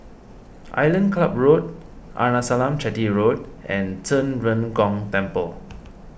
Island Club Road Arnasalam Chetty Road and Zhen Ren Gong Temple